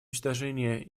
уничтожения